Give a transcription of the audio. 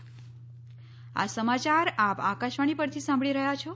corona appeal આ સમાચાર આપ આકાશવાણી પરથી સાંભળી રહ્યા છો